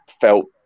felt